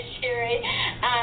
Sherry